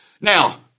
Now